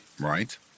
right